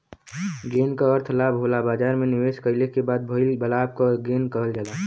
gain क अर्थ लाभ होला बाजार में निवेश कइले क बाद भइल लाभ क गेन कहल जाला